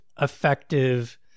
effective